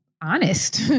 honest